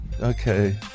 Okay